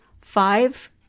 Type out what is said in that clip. Five